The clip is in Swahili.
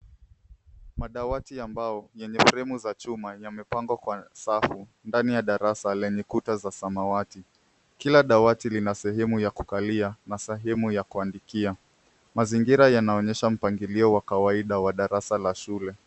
Madawati ambao yenye fremu za chuma yamepangwa kwa safu ndani ya darasa lenye kuta za samawati. Kila dawati lina sehemu ya kukalia na sehemu ya kuandikia. Mazingira yanonyesha mpangilio wa kawaida ya darasa ya shule.